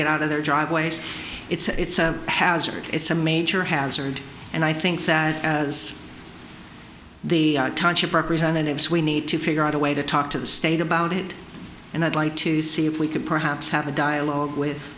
get out of their driveways it's a hazard it's a major hazard and i think that as the township representatives we need to figure out a way to talk to the state about it and i'd like to see if we could perhaps have a dialogue with